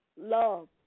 love